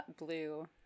blue